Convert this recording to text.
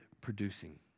producing